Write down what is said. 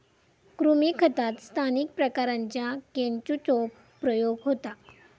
कृमी खतात स्थानिक प्रकारांच्या केंचुचो प्रयोग होता